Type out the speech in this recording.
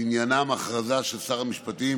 שעניינם הכרזה של שר המשפטים